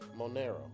Monero